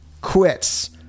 quits